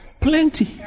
Plenty